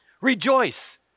Rejoice